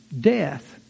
Death